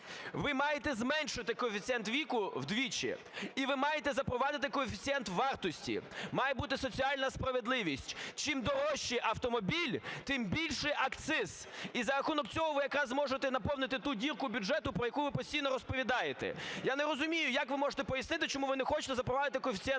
ви маєте зменшити коефіцієнт віку вдвічі, і ви маєте запровадити коефіцієнт вартості, має бути соціальна справедливість: чим дорожчий автомобіль, тим більше акциз. І за рахунок цього ви якраз зможете наповнити ту дірку бюджету, про яку ви постійно розповідаєте. Я не розумію як ви можете пояснити, чому ви не хочете запровадити коефіцієнт